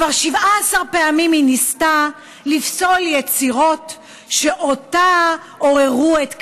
כבר 17 פעמים היא ניסתה לפסול יצירות שעוררו את כעסה,